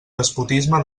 despotisme